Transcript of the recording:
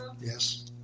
Yes